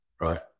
right